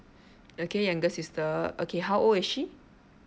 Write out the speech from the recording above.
okay younger sister okay how old is she